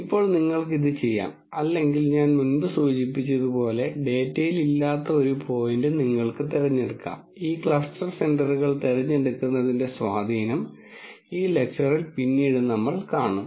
ഇപ്പോൾ നിങ്ങൾക്ക് ഇത് ചെയ്യാം അല്ലെങ്കിൽ ഞാൻ മുമ്പ് സൂചിപ്പിച്ചതുപോലെ ഡാറ്റയിൽ ഇല്ലാത്ത ഒരു പോയിന്റ് നിങ്ങൾക്ക് തിരഞ്ഞെടുക്കാം ഈ ക്ലസ്റ്റർ സെന്ററുകൾ തിരഞ്ഞെടുക്കുന്നതിന്റെ സ്വാധീനം ഈ ലെക്ച്ചറിൽ പിന്നീട് നമ്മൾ കാണും